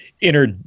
inner